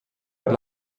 per